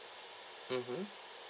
mmhmm